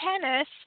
tennis